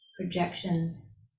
projections